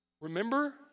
Remember